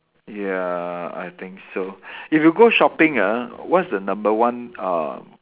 ya I think so if you go shopping ah what's the number one uh